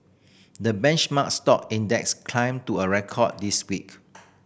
the benchmark stock index climbed to a record this week